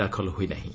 ଦାଖଲ ହୋଇନାହିଁ